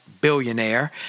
billionaire